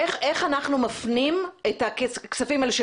איך אנחנו מפנים את הכספים האלה,